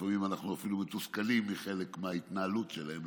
לפעמים אנחנו אפילו מתוסכלים מחלק מההתנהלות שלהם,